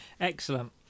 Excellent